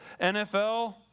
NFL